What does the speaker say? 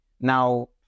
now